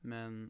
Men